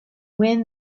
wind